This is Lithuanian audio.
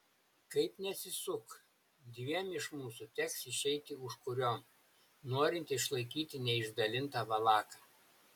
kaip nesisuk dviem iš mūsų teks išeiti užkuriom norint išlaikyti neišdalintą valaką